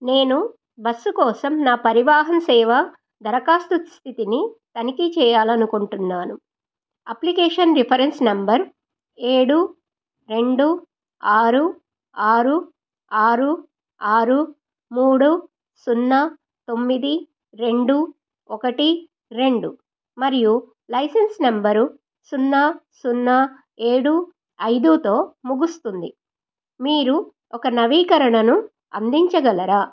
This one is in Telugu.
నేను బస్సు కోసం నా పరివాహన్ సేవా దరఖాస్తు స్థితిని తనిఖీ చేయాలనుకుంటున్నాను అప్లికేషన్ రిఫరెన్స్ నెంబర్ ఏడు రెండు ఆరు ఆరు ఆరు ఆరు మూడు సున్నా తొమ్మిది రెండు ఒకటి రెండు మరియు లైసెన్స్ నెంబరు సున్నా సున్నా ఏడు ఐదూతో ముగుస్తుంది మీరు ఒక నవీకరణను అందించగలరా